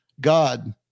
God